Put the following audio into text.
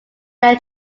they